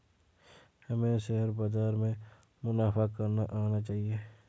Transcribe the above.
हमें शेयर बाजार से मुनाफा करना आना चाहिए